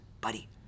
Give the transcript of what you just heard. Buddy